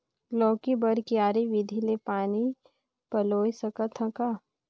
लौकी बर क्यारी विधि ले पानी पलोय सकत का?